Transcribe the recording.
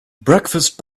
breakfast